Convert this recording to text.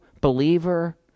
believer